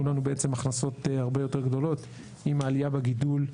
לנו בעצם הכנסות הרבה יותר גדולות עם העלייה בגידול.